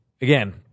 again